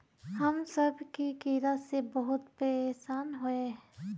हम सब की कीड़ा से बहुत परेशान हिये?